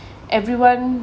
everyone